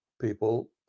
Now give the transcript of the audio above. people